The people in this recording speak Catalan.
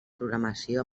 programació